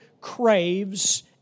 craves